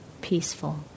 peaceful